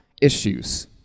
issues